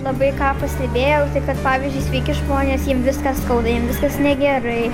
labai ką pastebėjau tai kad pavyzdžiui sveiki žmonės jiem viską skauda jiem viskas negerai